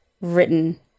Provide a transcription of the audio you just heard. written